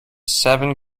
seven